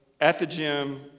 at-the-gym